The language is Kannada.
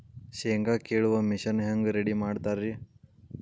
ಶೇಂಗಾ ಕೇಳುವ ಮಿಷನ್ ಹೆಂಗ್ ರೆಡಿ ಮಾಡತಾರ ರಿ?